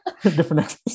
different